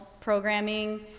programming